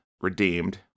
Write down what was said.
Redeemed